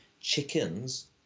chickens